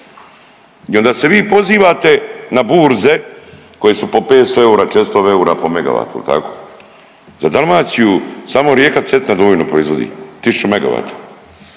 i onda se vi pozivate na burze koje su po 500 eura, 400 eura po MW jel tako? Za Dalmaciju samo rijeka Cetina dovoljno proizvodi 1000 megavata.